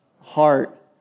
heart